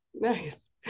Nice